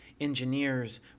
Engineers